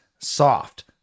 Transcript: soft